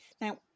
Now